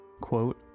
quote